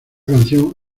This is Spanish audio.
canción